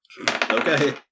Okay